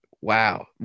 wow